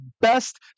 best